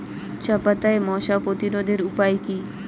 চাপাতায় মশা প্রতিরোধের উপায় কি?